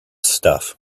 stuff